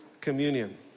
communion